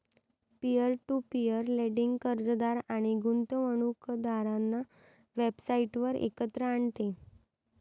peer to peer lending कर्जदार आणि गुंतवणूकदारांना वेबसाइटवर एकत्र आणते